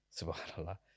subhanallah